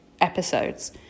episodes